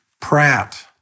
Pratt